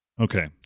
Okay